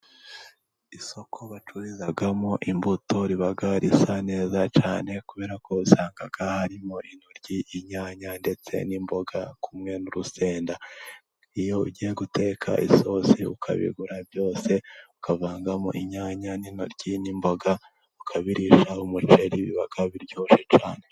Isoko bacururizamo imbuto riba risa neza cyane kubera ko wasanga harimo intoryi, inyanya ndetse n'imboga kimwe n'urusenda iyo ugiye guteka isosi, ukabigura byose ukavangamo inyanya n'intoryi n'imboga ukabirisha umuceri bibakaba biryoshye cyane.